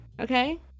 okay